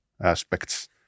aspects